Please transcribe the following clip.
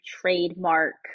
trademark